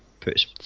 puts